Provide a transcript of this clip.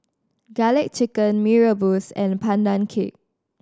Garlic Chicken Mee Rebus and Pandan Cake